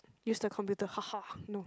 use the computer ha ha no